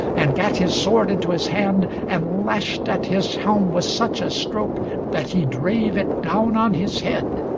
and gat his sword into his hand, and lashed at his helm with such a stroke that he drave it down on his head,